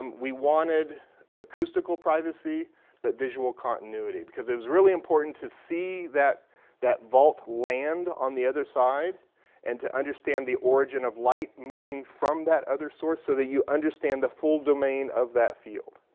um we wanted acoustical privacy but visual continuity. because it was really important to see that that vault land on the other side and to understand the origin of light moving from that other source, so that you understand the full domain of that field,